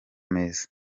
meza